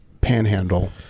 panhandle